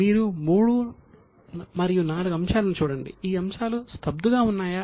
మీరు 3 మరియు 4 అంశాలను చూడండి ఆ అంశాలు స్తబ్దుగా ఉన్నాయా